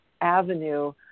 avenue